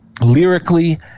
lyrically